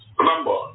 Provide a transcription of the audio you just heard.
remember